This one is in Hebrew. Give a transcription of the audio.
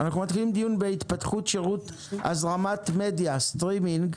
אנחנו מתחילים דיון בנושא התפתחות שירותי הזרמת מדיה (סטרימינג)